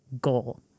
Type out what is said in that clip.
goal